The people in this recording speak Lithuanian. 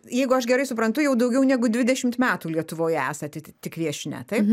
jeigu aš gerai suprantu jau daugiau negu dvidešimt metų lietuvoje esate tik viešnia taip